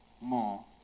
more